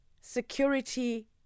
security